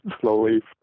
slowly